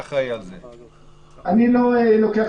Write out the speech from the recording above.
אני לא לוקח